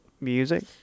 music